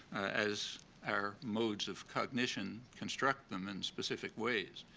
as our modes of cognition construct them in specific ways,